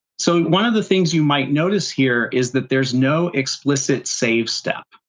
so one of the things you might notice here is that there's no explicit save step,